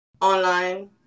online